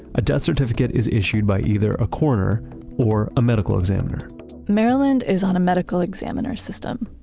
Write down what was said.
a death certificate is issued by either a coroner or a medical examiner maryland is on a medical examiner system.